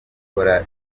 gukora